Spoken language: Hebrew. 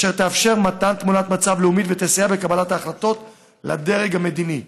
אשר תאפשר מתן תמונת מצב לאומית ותסייע בקבלת ההחלטות לדרג המדיני.